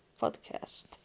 podcast